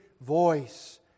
voice